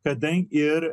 kada ir